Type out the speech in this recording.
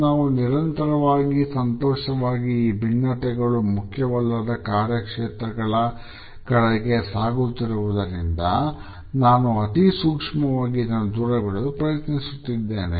ನಾವು ನಿರಂತರವಾಗಿ ಹಾಗೂ ಸಂತೋಷವಾಗಿ ಈ ಭಿನ್ನತೆಗಳು ಮುಖ್ಯವಲ್ಲದ ಕಾರ್ಯಕ್ಷೇತ್ರಗಳ ಕಡೆಗೆ ಸಾಗುತ್ತಿರುವುದರಿಂದ ನಾನು ಅತಿ ಸೂಕ್ಷ್ಮವಾಗಿ ಇದನ್ನು ದೂರವಿಡಲು ಪ್ರಯತ್ನಿಸಿದ್ದೇನೆ